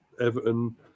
Everton